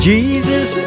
Jesus